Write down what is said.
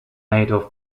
adolf